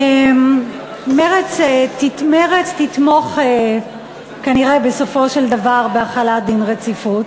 מרצ תתמוך כנראה בסופו של דבר בהחלת דין רציפות.